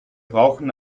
brauchen